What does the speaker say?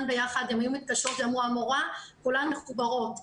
ביחד הן היו מתקשרות ואומרות 'המורה כולן מחוברות,